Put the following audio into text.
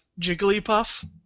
Jigglypuff